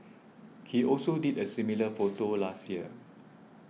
he also did a similar photo last year